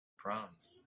proms